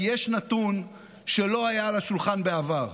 כי יש נתון שלא היה על השולחן בעבר: